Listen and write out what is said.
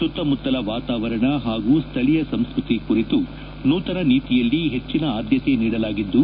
ಸುತ್ತಮುತ್ತಲ ವಾತಾವರಣ ಹಾಗೂ ಸ್ಥಳೀಯ ಸಂಸ್ಕೃತಿ ಕುರಿತು ನೂತನ ನೀತಿಯಲ್ಲಿ ಹೆಚ್ಚನ ಆದ್ದತೆ ನೀಡಲಾಗಿದ್ದು